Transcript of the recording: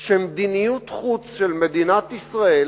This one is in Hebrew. שמדיניות חוץ של מדינת ישראל